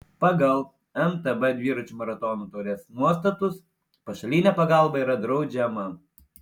pagal mtb dviračių maratonų taurės nuostatus pašalinė pagalba yra draudžiama